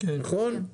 נכון?